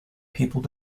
people